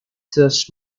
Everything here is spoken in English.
thus